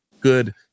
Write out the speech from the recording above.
good